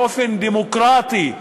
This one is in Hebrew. באופן דמוקרטי,